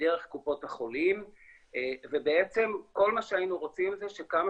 ודרך קופות החולים ובעצם כל מה שהיינו רוצים זה שכמה